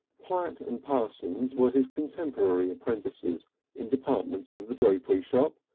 platt and parsons were his contemporary apprentices in departments of the drapery shop,